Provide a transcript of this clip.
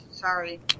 Sorry